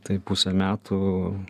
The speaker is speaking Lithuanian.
tai pusė metų